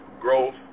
growth